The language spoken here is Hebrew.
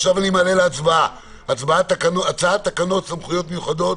עכשיו אני מעלה להצבעה את הצעת תקנות סמכויות מיוחדות